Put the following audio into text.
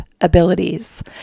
abilities